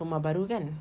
rumah baru kan